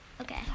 Okay